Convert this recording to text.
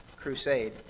crusade